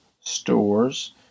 stores